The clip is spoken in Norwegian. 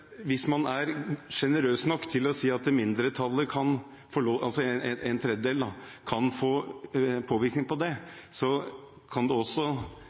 Hvis man er generøs nok til å si at mindretallet – altså en tredjedel – kan få øve påvirkning på det, kan det også